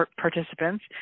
participants